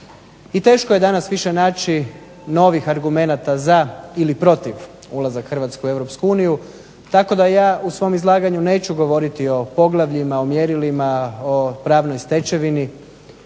Teško je danas više naći novih argumenata za ili protiv ulaska Hrvatske u Europsku uniju tako da ja u svom izlaganju neću govoriti o poglavljima, o mjerilima, o pravnoj stečevini.